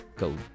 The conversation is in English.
Go